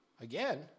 Again